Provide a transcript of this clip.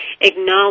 acknowledge